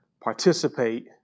participate